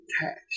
attached